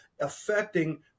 affecting